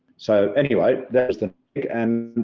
so anyway, that's the end,